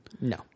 No